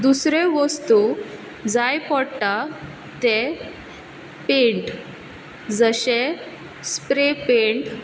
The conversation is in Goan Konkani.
दुसरे वस्तू जाय पडटा ते पेंट जशें स्प्रे पेंट